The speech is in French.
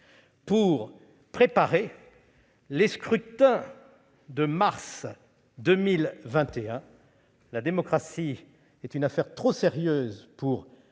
pour préparer les scrutins de mars 2021. La démocratie est une affaire trop sérieuse pour